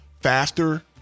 Faster